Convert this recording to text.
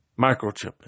microchipping